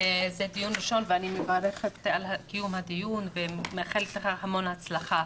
זה דיון ראשון ואני מברכת על קיום הדיון ומאחלת לך המון הצלחה.